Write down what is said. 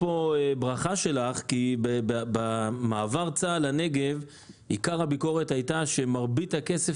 כי במעבר צה"ל לנגב עיקר הביקורת היתה שמרבית הכסף